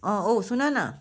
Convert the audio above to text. औ सुन न